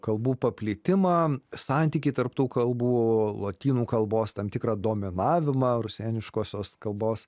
kalbų paplitimą santykį tarp tų kalbų lotynų kalbos tam tikrą dominavimą rusėniškosios kalbos